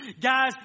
guys